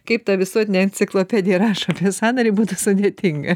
kaip ta visuotinė enciklopedija rašo apie sanarį būtų sudėtinga